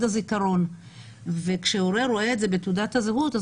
הזיכרון וכשהורה רואה את זה בתעודת הזהות,